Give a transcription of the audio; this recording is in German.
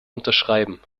unterschreiben